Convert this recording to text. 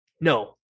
no